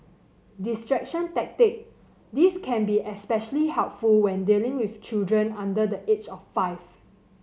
distraction tactic this can be especially helpful when dealing with children under the age of five